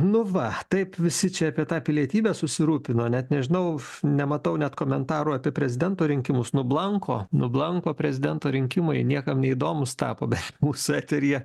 nu va taip visi čia apie tą pilietybę susirūpino net nežinau nematau net komentarų apie prezidento rinkimus nublanko nublanko prezidento rinkimai niekam neįdomūs tapo beveik mūsų eteryje